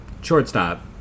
Shortstop